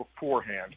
beforehand